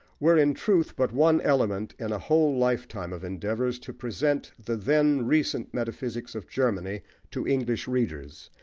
were, in truth, but one element in a whole lifetime of endeavours to present the then recent metaphysics of germany to english readers,